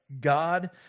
God